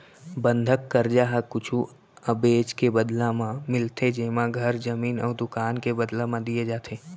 बंधक करजा ह कुछु अबेज के बदला म मिलथे जेमा घर, जमीन अउ दुकान के बदला म दिये जाथे